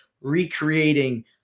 recreating